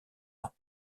ans